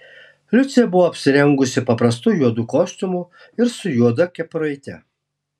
liucė buvo apsirengusi paprastu juodu kostiumu ir su juoda kepuraite